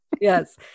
Yes